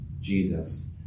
Jesus